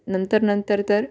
नंतर नंतर तर